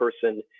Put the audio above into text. person